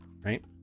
right